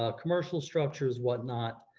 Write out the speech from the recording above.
ah commercial structures, whatnot,